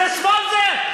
זה שמאל זה?